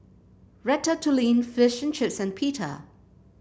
Ratatouille Fish and Chips and Pita